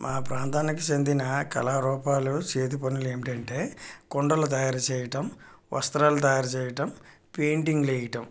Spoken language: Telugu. మా ప్రాంతానికి చెందిన కళారూపాలు చేతి పనులు ఏమిటంటే కుండలు తయారు చేయటం వస్త్రాలు తయారు చేయటం పెయింటింగ్లు వేయడం